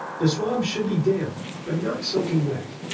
the swab should be damp but not soaking wet.